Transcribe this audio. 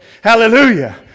Hallelujah